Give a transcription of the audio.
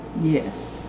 yes